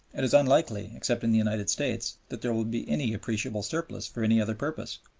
it is unlikely, except in the united states, that there will be any appreciable surplus for any other purpose.